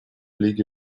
лиги